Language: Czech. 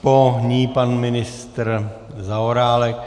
Po ní pan ministr Zaorálek.